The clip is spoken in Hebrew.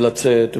ולצאת,